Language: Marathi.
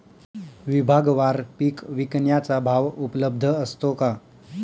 विभागवार पीक विकण्याचा भाव उपलब्ध असतो का?